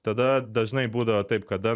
tada dažnai būdavo taip kada